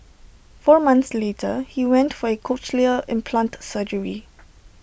four months later he went for cochlear implant surgery